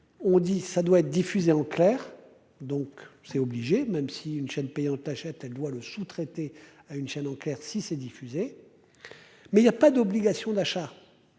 On dit ça doit être diffusée en clair. Donc c'est obligé, même si une chaîne payante achète elle doit le sous-traité à une chaîne en clair si c'est diffusé. Mais il y a pas d'obligation d'achat.